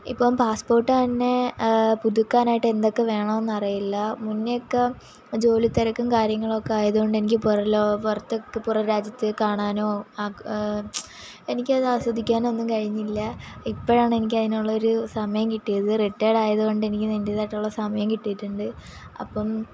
ഇപ്പം പാസ്പോർട്ട് തന്നെ പുതുക്കാനായിട്ട് എന്തൊക്കെ വേണമെന്നറിയില്ല മുന്നേ ഒക്കെ ജോലിത്തിരക്ക് കാര്യങ്ങളുമൊക്കെ ഒക്കെ ആയത് കൊണ്ടെനിക്ക് പുറം ലോകം പുറത്ത് പുറംരാജ്യത്ത് കാണാനോ ആ എനിക്കത് ആസ്വദിക്കാനൊന്നും കഴിഞ്ഞില്ല ഇപ്പഴാണ് എനിക്കതിനുള്ള ഒരു സമയം കിട്ടിയത് റിട്ടയേർഡ് ആയത് കൊണ്ട് എനിക്ക് എൻ്റെതായിട്ടുള്ള സമയം കിട്ടിയിട്ടുണ്ട് അപ്പം